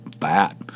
fat